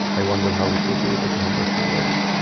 i wonder how it will be able to handle some weight